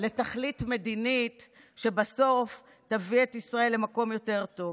לתכלית מדינית שבסוף תביא את ישראל למקום יותר טוב,